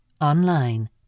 online